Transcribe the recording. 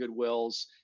Goodwills